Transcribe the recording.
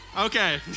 Okay